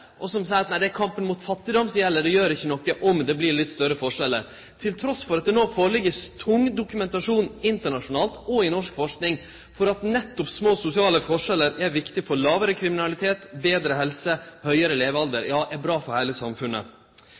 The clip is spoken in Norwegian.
mot fattigdom, seier at det ikkje gjer noko om det vert litt større forskjellar, til tross for at det no ligg føre tung dokumentasjon internasjonalt og i norsk forsking om at nettopp små sosiale forskjellar er viktige for lågare kriminalitet, betre helse, høgre levealder – ja, bra for heile samfunnet.